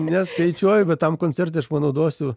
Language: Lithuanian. neskaičiuoju bet tam koncerte aš panaudosiu